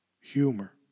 humor